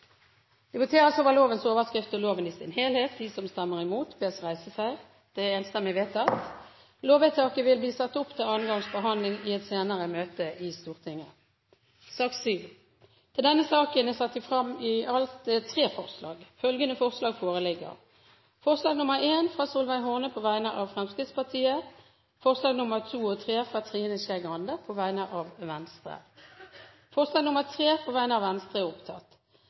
Det voteres over lovens overskrift og loven i sin helhet. Lovvedtaket vil bli ført opp til annen gangs behandling i et senere møte i Stortinget. Under debatten er det satt fram i alt tre forslag. Det er forslag nr. 1, fra Solveig Horne på vegne av Fremskrittspartiet forslagene nr. 2 og 3, fra Trine Skei Grande på vegne av Venstre Forslagene nr. 2 og 3 er omdelt på representantenes plasser i salen. Det voteres over forslag nr. 3, fra Venstre.